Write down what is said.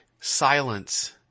silence